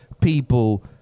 People